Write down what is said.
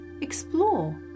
Explore